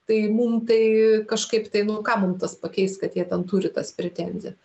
tai mum tai kažkaip tai nu ką mum tas pakeis kad jie ten turi tas pretenziją